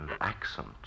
accent